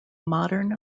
modern